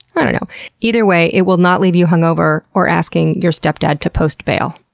i dunno. either way, it will not leave you hungover or asking your stepdad to post bail.